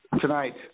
tonight